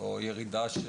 או ירידה?